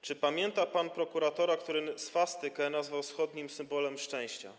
Czy pamięta pan prokuratora, który swastykę nazwał wschodnim symbolem szczęścia?